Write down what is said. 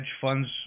funds